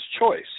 choice